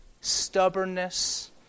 stubbornness